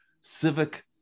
civic